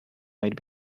might